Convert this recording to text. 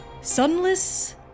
Sunless